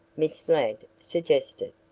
miss ladd suggested.